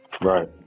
right